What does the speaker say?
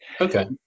Okay